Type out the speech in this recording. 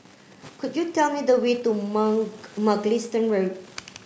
could you tell me the way to Mugliston Road